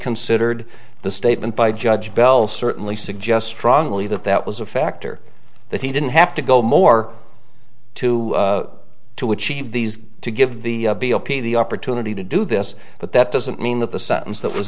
considered the statement by judge bell certainly suggest strongly that that was a factor that he didn't have to go more to to achieve these to give the the opportunity to do this but that doesn't mean that the sentence that was